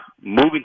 moving